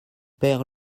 pêr